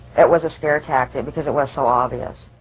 it was a scare tactic because it was so obvious.